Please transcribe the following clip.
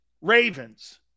Ravens